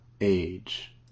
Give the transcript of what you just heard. age